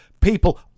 people